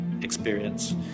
experience